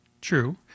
true